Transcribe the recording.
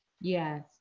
Yes